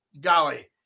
golly